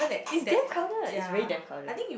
it's damn crowded it's really damn crowded